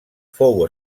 fou